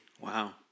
Wow